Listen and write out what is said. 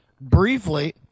briefly